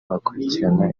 abakurikiranira